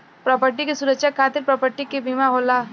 property के सुरक्षा खातिर प्रॉपर्टी के बीमा होला